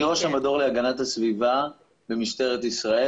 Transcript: אני ראש המדור להגנת הסביבה במשטרת ישראל,